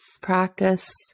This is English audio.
practice